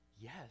Yes